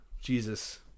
Jesus